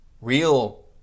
real